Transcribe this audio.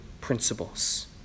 principles